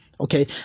Okay